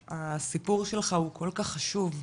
הסיפור שלך הוא כל כך חשוב,